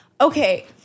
Okay